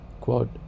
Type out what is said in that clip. quote